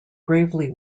gravely